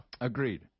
Agreed